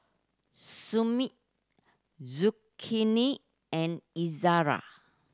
and Izara